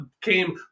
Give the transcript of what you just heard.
came